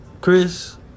Chris